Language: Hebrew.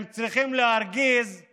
הם צריכים להרגיז את